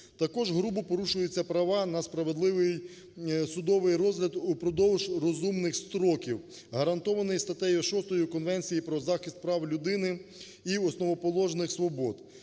Також грубо порушуються права на справедливий судовий розгляд впродовж розумних строків, гарантованих статтею 6 Конвенції про захист прав людини і основоположних свобод.